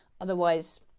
otherwise